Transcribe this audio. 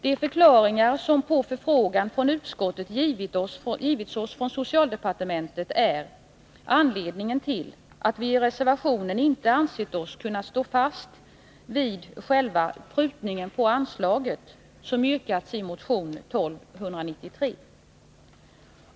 De förklaringar som på vår förfrågan från utskottet givits oss från socialdepartementet är anledningen till att vi i reservationen inte ansett oss kunna stå fast vid själva prutningen på anslaget, såsom yrkats i motion 1293.